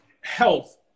health